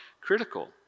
critical